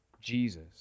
Jesus